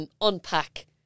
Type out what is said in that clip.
unpack